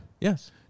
Yes